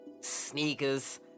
sneakers